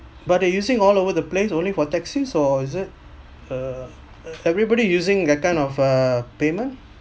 but they're using all over the place only for taxis or is it uh everybody using that kind of uh payment